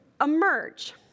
emerge